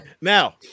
Now